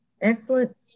Excellent